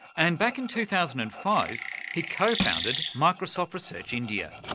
and back in two thousand and five he co-founded microsoft research india.